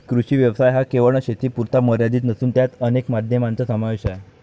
कृषी व्यवसाय हा केवळ शेतीपुरता मर्यादित नसून त्यात अनेक माध्यमांचा समावेश आहे